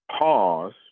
Pause